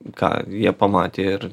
ką jie pamatė ir